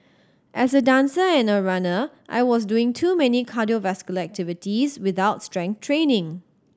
as a dancer and a runner I was doing too many cardiovascular activities without strength training